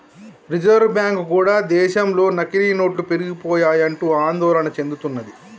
reserve Bank కూడా దేశంలో నకిలీ నోట్లు పెరిగిపోయాయంటూ ఆందోళన చెందుతున్నది